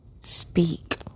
speak